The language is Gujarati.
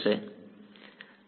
વિદ્યાર્થી